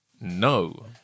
No